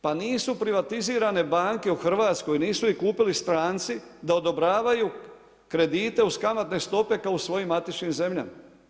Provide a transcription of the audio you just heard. Pa nisu privatizirane banke u Hrvatskoj, nisu ih kupili stranci da odobravaju kredite uz kamatne stope kao u svojim matičnim zemljama.